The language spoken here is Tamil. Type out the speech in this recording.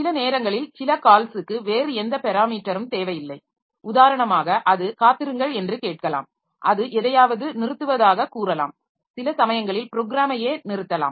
சில நேரங்களில் சில கால்ஸுக்கு வேறு எந்த பெராமீட்டரும் தேவையில்லை உதாரணமாக அது காத்திருங்கள் என்று கேட்கலாம் அது எதையாவது நிறுத்துவதாகக் கூறலாம் சில சமயங்களில் ப்ரோக்ராமையே நிறுத்தலாம்